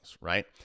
right